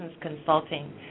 consulting